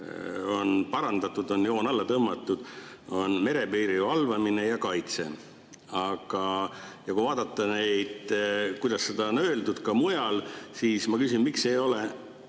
on parandatud, on joon alla tõmmatud, "merepiiri valvamine ja kaitse". Aga kui vaadata, kuidas seda on öeldud ka mujal, siis ma küsin, miks ei ole